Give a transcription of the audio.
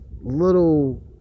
little